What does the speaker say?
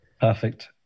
Perfect